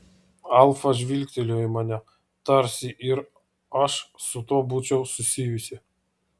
alfa žvilgtelėjo į mane tarsi ir aš su tuo būčiau susijusi